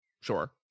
Sure